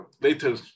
later